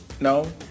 No